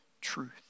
truth